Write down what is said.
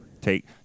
take